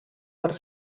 per